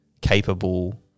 capable